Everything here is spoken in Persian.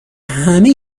همه